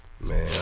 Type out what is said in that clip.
man